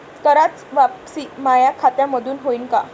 कराच वापसी माया खात्यामंधून होईन का?